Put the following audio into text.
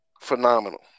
phenomenal